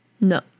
No